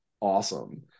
awesome